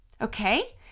okay